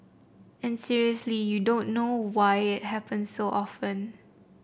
and seriously you don't know why it happens so often